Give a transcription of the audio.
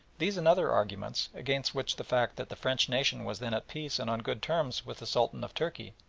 these and other arguments, against which the fact that the french nation was then at peace and on good terms with the sultan of turkey,